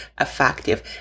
effective